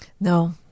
No